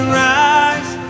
rise